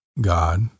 God